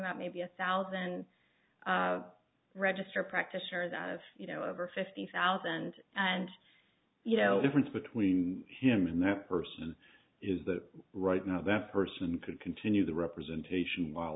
about maybe a thousand register practitioners out of you know over fifty thousand and you know difference between him and that person is that right now that person could continue the representation while